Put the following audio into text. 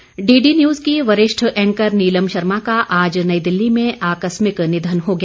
नीलम Sharma DD News की वरिष्ठ anchor Neelam Sharma का आज नई दिल्ली में आकरिमक निधन हो गया